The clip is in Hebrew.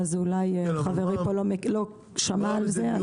אולי חברי פה לא שמע על זה.